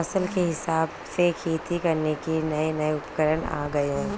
फसल के हिसाब से खेती करने के नये नये उपकरण आ गये है